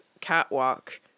catwalk